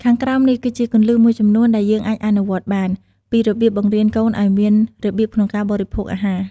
ខាងក្រោមនេះ គឺជាគន្លឹះមួយចំនួនដែលយើងអាចអនុវត្តបាន ពីរបៀបបង្រៀនកូនឲ្យមានរបៀបក្នុងការបរិភោគអាហារ។